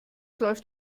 läuft